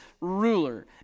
ruler